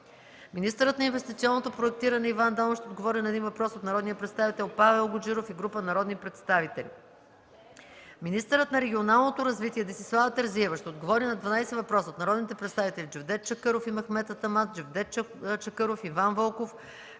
Министърът на инвестиционното проектиране Иван Данов ще отговори на един въпрос от народния представител Павел Гуджеров и група народни представители. 13. Министърът на регионалното развитие Десислава Терзиева ще отговори на 12 въпроса от народните представители Джевдет Чакъров и Мехмед Атаман; Джевдет Чакъров; Иван Вълков;